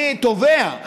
אני תובע,